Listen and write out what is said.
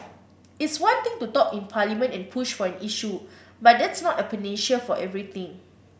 it's one thing to talk in Parliament and push for an issue but that's not a panacea for everything